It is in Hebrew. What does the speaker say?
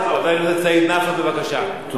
בבקשה,